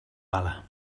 bala